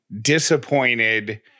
disappointed